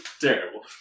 Terrible